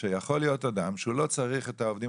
שיכול להיות אדם שלא צריך את העובדים